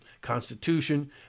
Constitution